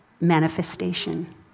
manifestation